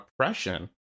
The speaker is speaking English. oppression